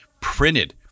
printed